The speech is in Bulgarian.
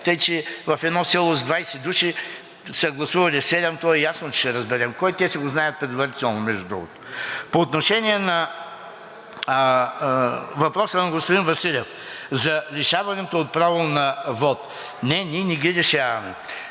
тъй че в едно село с 20 души са гласували седем, то е ясно, че ще разберем, те си го знаят предварително, между другото. По отношение на въпроса на господин Василев за лишаването от право на вот. Не, ние не ги лишаваме.